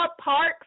Parks